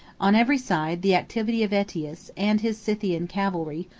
on every side, the activity of aetius, and his scythian cavalry,